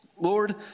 Lord